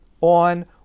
on